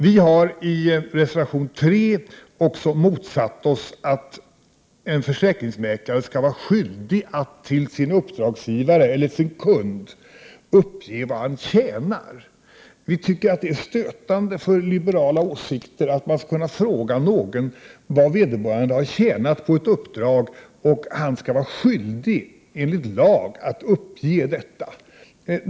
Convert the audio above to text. Vi hari reservation 3 också motsatt oss att en försäkringsmäklare skall vara skyldig att till sin uppdragsgivare, dvs. kund, uppge vad han tjänar. Vi tycker att det är stötande för liberala åsikter att man skall kunna fråga någon vad vederbörande har tjänat på ett uppdrag och att han enligt lag skall vara skyldig att uppge detta.